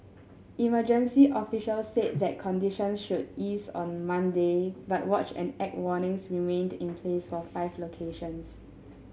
emergency officials said that conditions should ease on Monday but watch and act warnings remained in place for five locations